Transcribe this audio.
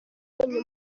babonye